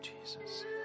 Jesus